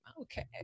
Okay